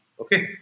Okay